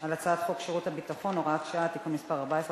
על הצעת חוק שירות ביטחון (הוראת שעה) (תיקון מס' 14),